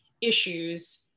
issues